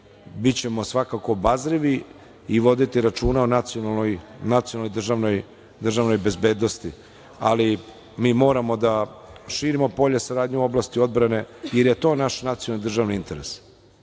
bićemo svakako obazrivi i voditi računa o nacionalnoj državnoj bezbednosti. Ali, moramo da širimo polje saradnje u oblasti odbrane, jer je to naš nacionalni državni interes,